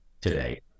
today